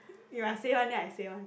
you must say one then I say one